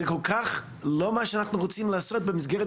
זה כל כך לא מה שאנחנו רוצים לעשות במסגרת